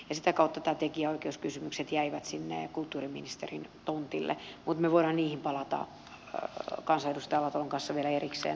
sitä kautta nämä tekijänoikeuskysymykset jäivät sinne kulttuuriministerin tontille mutta me voimme niihin palata kansanedustaja alatalon kanssa vielä erikseen